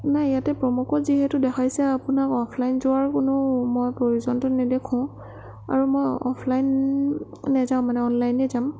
নাই ইয়াতে promo code যিহেতু দেখাইছে আপোনাক অফলাইন যোৱাৰ কোনো মই প্ৰয়োজনটো নেদেখোঁ আৰু মই অফলাইন নেযাওঁ মানে অনলাইনে যাম